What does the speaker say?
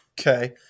Okay